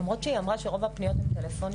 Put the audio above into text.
למרות שהיא אמרה שרוב הפניות הן טלפוניות.